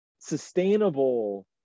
sustainable